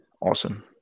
Awesome